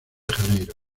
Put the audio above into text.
janeiro